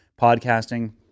Podcasting